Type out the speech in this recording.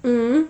mmhmm